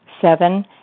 Seven